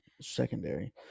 secondary